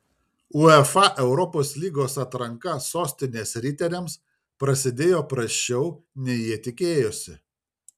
uefa europos lygos atranka sostinės riteriams prasidėjo prasčiau nei jie tikėjosi